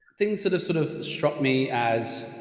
things that are sort of struck me as.